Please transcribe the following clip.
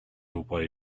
away